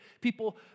people